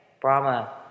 Brahma